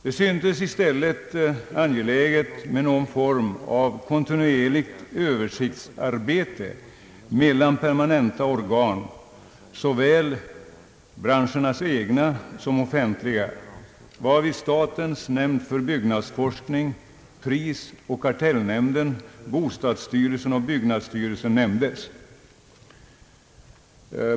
Det syntes i stället angeläget med någon form av kontinuerligt översiktsarbete mellan permanenta organ, såväl branschernas egna som offentliga, varvid statens nämnd för byggnadsforskning, prisoch kartellnämnden, bostadsstyrelsen och byggnadsstyrelsen nämndes.